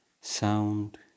sound